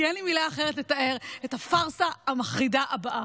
כי אין לי מילה אחרת לתאר את הפארסה המחרידה הבאה.